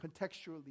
contextually